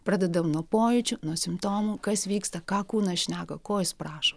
pradedam nuo pojūčių nuo simptomų kas vyksta ką kūnas šneka ko jis prašo